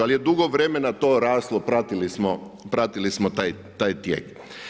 Ali je dugo vremena to raslo, pratili smo taj tijek.